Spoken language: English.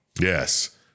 Yes